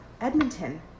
Edmonton